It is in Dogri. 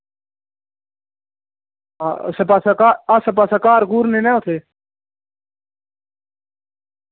आसे पासै घर नना न उत्थें